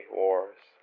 wars